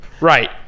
Right